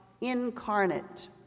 incarnate